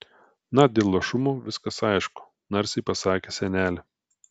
na dėl luošumo viskas aišku narsiai pasakė senelė